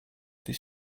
this